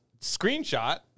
screenshot